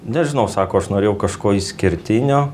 nežinau sako aš norėjau kažko išskirtinio